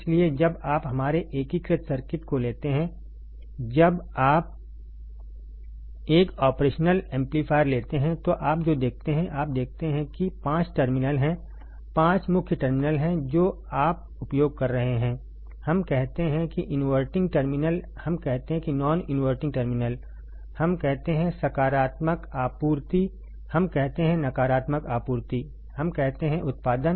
इसलिए जब आप हमारे एकीकृत सर्किट को लेते हैं जब आप एक ऑपरेशनल एम्पलीफायर लेते हैं तो आप जो देखते हैं आप देखते हैं कि पाँच टर्मिनल हैं पांच मुख्य टर्मिनल हैं जो आप उपयोग कर रहे हैं हम कहते हैं कि इनवर्टरिंग टर्मिनल हम कहते हैं कि नॉन इनवर्टिंग टर्मिनल हम कहते हैं सकारात्मक आपूर्ति हम कहते हैं कि नकारात्मक आपूर्ति हम कहते हैं कि उत्पादन